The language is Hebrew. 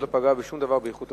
זה לא פגע בשום דבר באיכות הדברים.